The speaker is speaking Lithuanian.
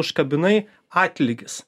užkabinai atlygis